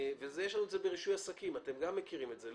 יש לנו את זה ברישוי עסקים ואתם מכירים את זה.